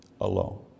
alone